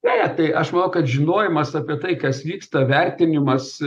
ne tai aš manau kad žinojimas apie tai kas vyksta vertinimas